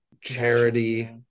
charity